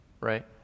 right